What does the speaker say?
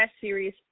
series